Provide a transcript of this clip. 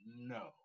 No